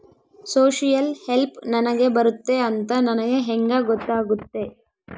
Social help ನನಗೆ ಬರುತ್ತೆ ಅಂತ ನನಗೆ ಹೆಂಗ ಗೊತ್ತಾಗುತ್ತೆ?